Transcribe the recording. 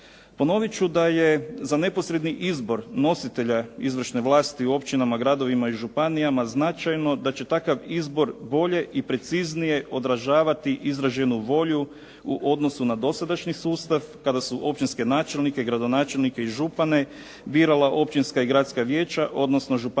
Ponovit ću da je za neposredni izbor nositelja izvršne vlasti u općinama, gradovima i županijama značajno da će takav izbor bolje i preciznije odražavati izraženu volju u odnosu na dosadašnji sustav kada su općinske načelnike, gradonačelnike i župane birala općinska i gradska vijeća odnosno županijske